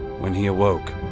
when he awoke,